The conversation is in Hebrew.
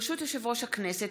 ברשות יושב-ראש הכנסת,